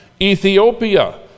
Ethiopia